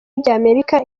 ry’amerika